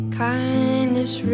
kindness